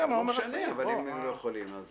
לא משנה, הם לא יכולים.